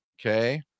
Okay